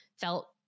felt